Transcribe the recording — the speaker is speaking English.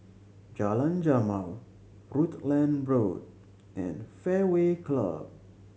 Jalan Jamal Rutland Road and Fairway Club